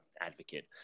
advocate